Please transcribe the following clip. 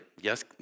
yes